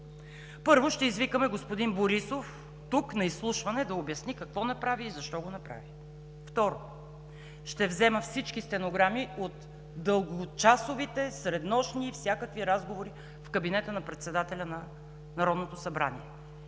Първо, ще извикаме господин Борисов тук на изслушване да обясни какво направи и защо го направи. Второ, ще взема всички стенограми от дългочасовите, среднощни и всякакви разговори в кабинета на председателя на Народното събрание